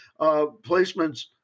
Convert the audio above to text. placements